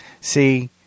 See